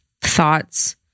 thoughts